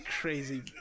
crazy